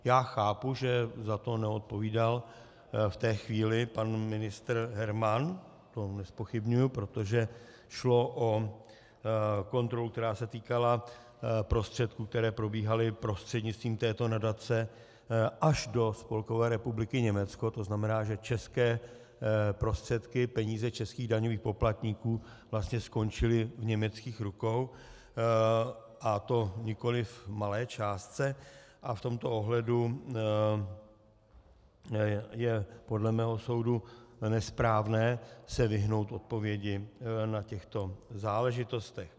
Já chápu, že za to neodpovídal v té chvíli pan ministr Herman, to nezpochybňuji, protože šlo o kontrolu, která se týkala prostředků, které probíhaly prostřednictvím této nadace až do Spolkové republiky Německo, to znamená, že české prostředky, peníze českých daňových poplatníků, vlastně skončily v německých rukou, a to nikoliv v malé částce, a v tomto ohledu je podle mého soudu nesprávné se vyhnout odpovědi na tyto záležitosti.